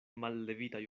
mallevitaj